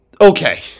Okay